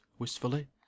wistfully